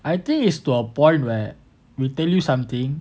I think is to a point where we'll tell you something